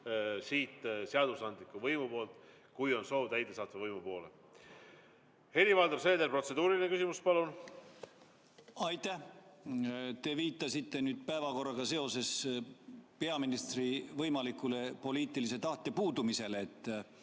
siit seadusandliku võimu poolt, kui on soov, täidesaatva võimu poole. Helir-Valdor Seeder, protseduuriline küsimus, palun! Aitäh! Te viitasite päevakorraga seoses peaministri võimalikule poliitilise tahte puudumisele, et